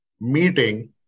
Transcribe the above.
meeting